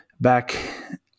back